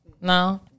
No